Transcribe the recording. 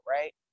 right